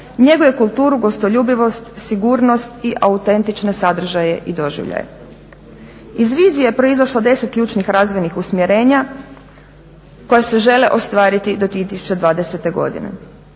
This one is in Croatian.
njeguje kulturu, gostoljubivost, sigurnost i autentične sadržaje i doživljaje. Iz vizije je proizašlo 10 ključnih razvojnih usmjerenja koja se žele ostvariti do 2020. godine.